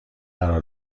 قرار